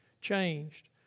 changed